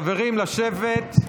חברים, לשבת,